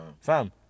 Fam